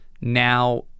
now